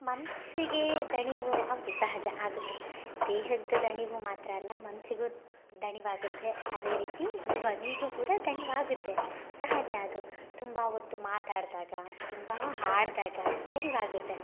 ಮನಸ್ಸಿಗೆ ದಣಿವು ಹೌದು ಸಹಜ ಆಗುತ್ತೆ ದೇಹದ ದಣಿವು ಮಾತ್ರ ಅಲ್ಲ ಮನಸ್ಸಿಗೂ ದಣಿವಾಗುತ್ತೆ ಅದೇ ರೀತಿ ಧ್ವನಿಗೂ ಕೂಡ ದಣಿವಾಗುತ್ತೆ ಸಹಜ ಅದು ತುಂಬ ಹೊತ್ತು ಮಾತಾಡಿದಾಗ ತುಂಬ ಹಾಡಿದಾಗ ದಣಿವಾಗುತ್ತೆ